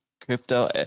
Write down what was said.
crypto